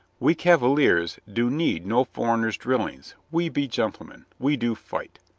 we cavaliers do need no for eigners' drillings. we be gentlemen. we do fight.